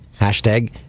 Hashtag